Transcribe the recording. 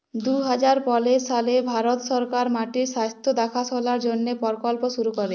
দু হাজার পলের সালে ভারত সরকার মাটির স্বাস্থ্য দ্যাখাশলার জ্যনহে পরকল্প শুরু ক্যরে